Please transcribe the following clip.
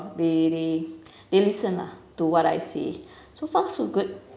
they they they listen lah to what I say so far so good